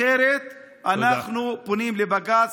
אחרת אנחנו פונים לבג"ץ.